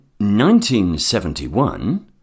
1971